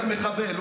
זה מחבל.